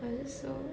I just so